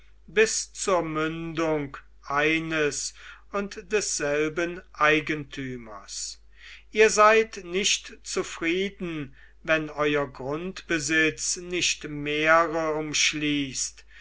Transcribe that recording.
bis zur mündung eines und desselben eigentümers ihr seid nicht zufrieden wenn euer grundbesitz nicht meere umschließt